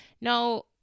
Now